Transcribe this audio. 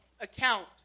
account